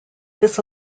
this